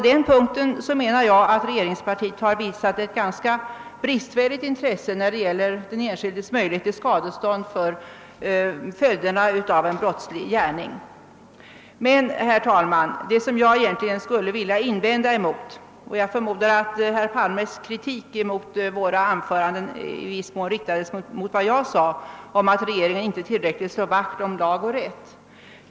Jag menar att regeringspartiet visat ett ganska bristfälligt intresse när det gäller den enskildes möjlighet till skadestånd för följderna av en brottslig gärning. Men det som jag egentligen skulle invända mot var herr Palmes kritik mot våra anföranden, bl.a. som jag förmodar mot mitt uttalande att regeringen inte tillräckligt slår vakt om lag och rätt.